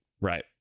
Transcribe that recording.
right